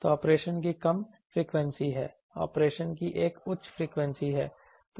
तो ऑपरेशन की कम फ्रीक्वेंसी है ऑपरेशन की एक उच्च फ्रीक्वेंसी है